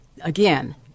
again